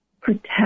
protect